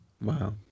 Wow